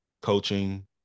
coaching